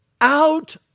out